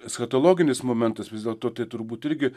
eschatologinis momentas vis dėlto tai turbūt irgi